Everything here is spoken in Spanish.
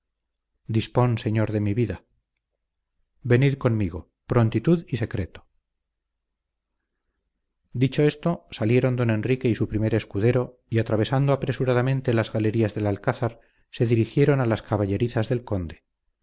dispón señor de mi vida venid conmigo prontitud y secreto dicho esto salieron don enrique y su primer escudero y atravesando apresuradamente las galerías del alcázar se dirigieron a las caballerizas del conde